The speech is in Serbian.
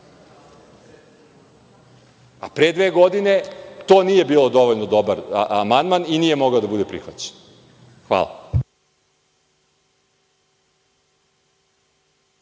a pre dve godine to nije dovoljno dobar amandman i nije mogao da bude prihvaćen? Hvala.